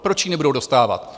Proč ji nebudou dostávat?